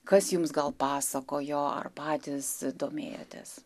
kas jums gal pasakojo ar patys domėjotės